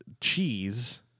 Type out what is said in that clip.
cheese